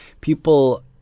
People